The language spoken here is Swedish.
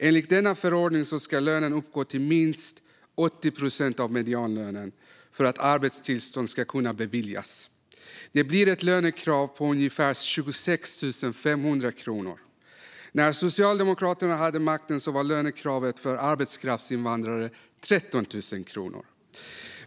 Enligt denna förordning ska lönen uppgå till minst 80 procent av medianlönen för att arbetstillstånd ska kunna beviljas. Det blir ett lönekrav på ungefär 26 500 kronor. När Socialdemokraterna hade makten var lönekravet för arbetskraftsinvandrare 13 000 kronor.